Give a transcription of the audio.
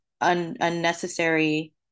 unnecessary